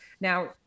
Now